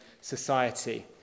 society